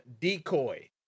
decoy